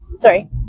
Three